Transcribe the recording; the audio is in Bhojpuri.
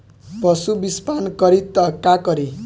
पशु विषपान करी त का करी?